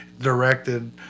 directed